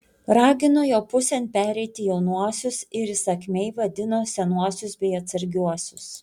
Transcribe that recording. ragino jo pusėn pereiti jaunuosius ir įsakmiai vadino senuosius bei atsargiuosius